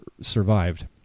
survived